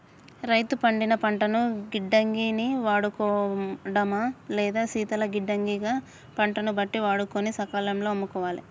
రైతు పండిన పంటను గిడ్డంగి ని వాడుకోడమా లేదా శీతల గిడ్డంగి గ పంటను బట్టి వాడుకొని సకాలం లో అమ్ముకోవాలె